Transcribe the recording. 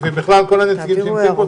כל הנציגים שהבטיחו,